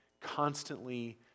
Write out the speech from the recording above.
constantly